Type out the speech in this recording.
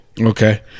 Okay